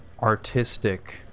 artistic